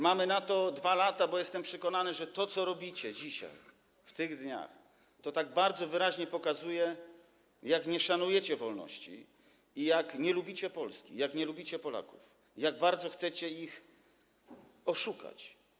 Mamy na to 2 lata, bo jestem przekonany, że to, co robicie dzisiaj, w tych dniach, bardzo wyraźnie pokazuje, jak nie szanujecie wolności i jak nie lubicie Polski, jak nie lubicie Polaków, jak bardzo chcecie ich oszukać.